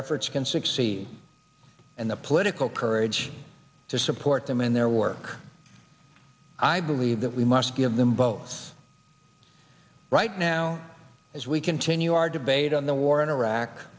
efforts can succeed and the political courage to support them in their work i believe that we must give them both right now as we continue our debate on the war in iraq